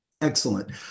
Excellent